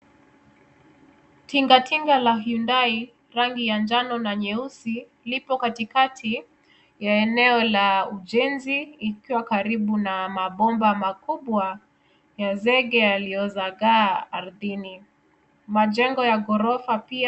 Tingatinga la Hindai rangi ya njano na nyeusi lipo katikati ya eneo la ujenzi ikiwa karibu na mabomba makubwa ya zege yaliyozagaa ardhini. Majengo ya ghorofa pia.